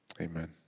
Amen